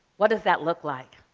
what does that look like?